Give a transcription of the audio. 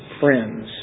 friends